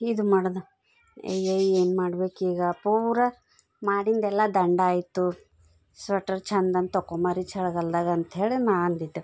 ಇದು ಮಾಡ್ದೆ ಅಯ್ಯಯ್ಯೋ ಏನು ಮಾಡಬೇಕೀಗ ಪೂರ ಮಾಡಿದ್ದೆಲ್ಲ ದಂಡ ಆಯ್ತು ಸ್ವೆಟ್ರ್ ಚೆಂದಂತ ತೊಗೊಂಬರಿ ಚಳ್ಗಾಲ್ದಾಗ ಅಂಥೇಳಿ ನಾ ಅಂದಿದ್ದೆ